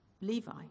Levi